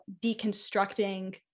deconstructing